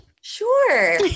Sure